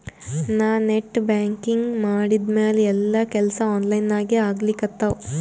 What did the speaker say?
ನಾ net banking ಮಾಡಿದ್ಮ್ಯಾಲ ಎಲ್ಲಾ ಕೆಲ್ಸಾ ಆನ್ಲೈನಾಗೇ ಆಗ್ಲಿಕತ್ತಾವ